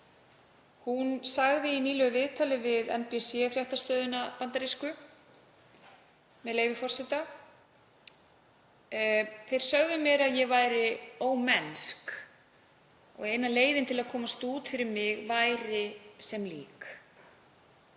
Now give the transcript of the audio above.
Hún sagði í nýlegu viðtali við bandarísku NBC-fréttastofuna, með leyfi forseta: Þeir sögðu mér að ég væri ómennsk, að eina leiðin til að komast út fyrir mig væri sem lík.